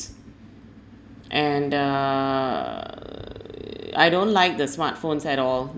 and err I don't like the smartphones at all